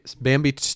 Bambi